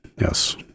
Yes